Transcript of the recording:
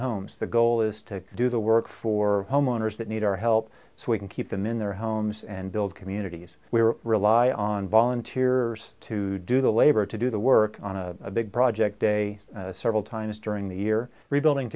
homes the goal is to do the work for homeowners that need our help so we can keep them in their homes and build communities we were rely on volunteers to do the labor to do the work on a big project day several times during the year rebuilding